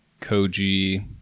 koji